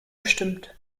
gestimmt